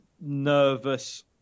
nervous